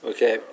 Okay